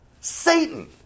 Satan